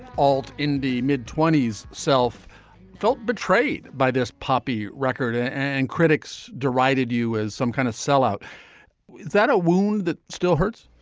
old in the mid twenty s self felt betrayed by this poppy record and and critics derided you as some kind of sellout is that a wound that still hurts